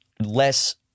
less